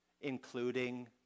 including